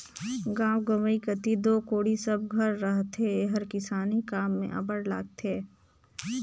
गाँव गंवई कती दो कोड़ी सब घर रहथे एहर किसानी काम मे अब्बड़ लागथे